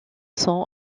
son